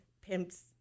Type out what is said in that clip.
pimps